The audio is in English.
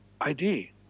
ID